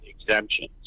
exemptions